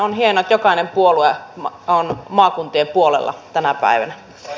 on hienoa että jokainen puolue on maakuntien puolella tänä päivänä